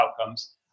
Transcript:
outcomes